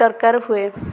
ଦରକାର ହୁଏ